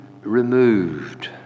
removed